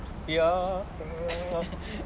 ya err